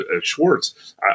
Schwartz